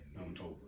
October